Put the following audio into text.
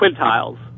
quintiles